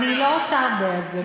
אני לא רוצה הרבה, אז זה בסדר.